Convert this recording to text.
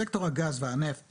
סקטור הגז והנפט